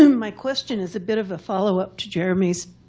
um my question is a bit of a follow up to jeremy's.